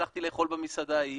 הלכתי לאכול במסעדה ההיא,